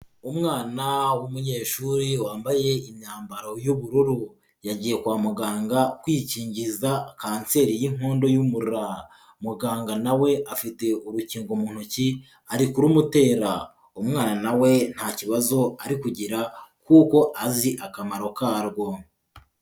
Umwana w'umunyeshuri wambaye imyambaro y'ubururu, yagiye kwa muganga kwikingiza kanseri y'inkondo y'umura, muganga nawe afite urukingo mu ntoki ari kurumutera, umwana we nta kibazo ari kugira kuko azi akamaro karwo.